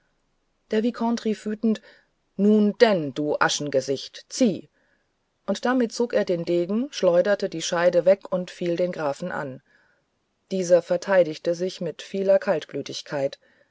der vicomte rief wütend nun denn du aschengesicht zieh und damit zog er den degen schleuderte die scheide weg und fiel den grafen an dieser verteidigte sich mit vieler kaltblütigkeit